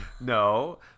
No